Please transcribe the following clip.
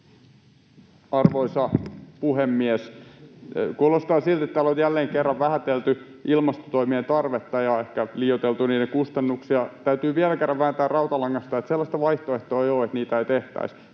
Arvoisa puhemies! Kuulostaa siltä, että täällä on jälleen kerran vähätelty ilmastotoimien tarvetta ja ehkä liioiteltu niiden kustannuksia. Täytyy vielä kerran vääntää rautalangasta, että sellaista vaihtoehtoa ei ole, että niitä ei tehtäisi.